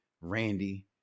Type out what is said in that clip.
Randy